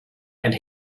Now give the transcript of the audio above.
and